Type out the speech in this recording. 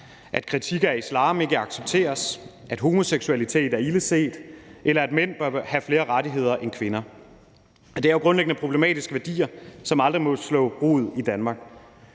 at kritik af islam ikke accepteres, at homoseksualitet er ildeset, eller at mænd bør have flere rettigheder end kvinder. Det er grundlæggende problematiske værdier, som aldrig må slå rod i Danmark,